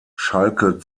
schalke